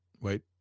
wait